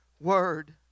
word